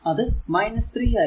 അത് 3i